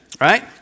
right